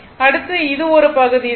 அடுத்து இது ஒரு பகுதி தான்